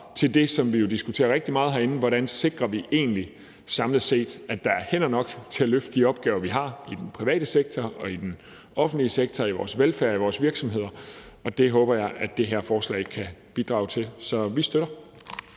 til det, som vi jo diskuterer rigtig meget herinde, altså hvordan vi egentlig samlet set sikrer, at der er hænder nok til at løfte de opgaver, vi har i den private sektor og i den offentlige sektor – i vores velfærd, i vores virksomheder. Det håber jeg det her forslag kan bidrage til. Så vi støtter